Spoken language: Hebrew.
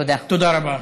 תודה רבה.